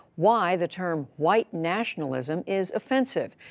why the term white nationalism is offensive.